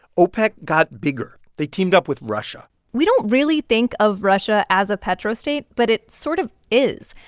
opec got bigger. they teamed up with russia we don't really think of russia as a petrostate, but it sort of is.